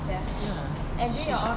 ya she should